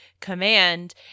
command